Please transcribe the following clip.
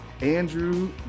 Andrew